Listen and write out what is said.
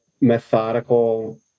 methodical